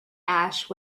ash